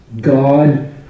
God